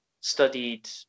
studied